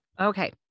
Okay